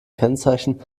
kennzeichen